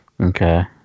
Okay